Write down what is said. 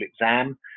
exam